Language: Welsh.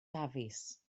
dafis